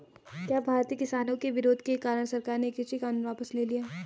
क्या भारतीय किसानों के विरोध के कारण सरकार ने कृषि कानून वापस ले लिया?